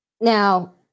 Now